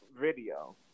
video